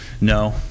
No